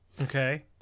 Okay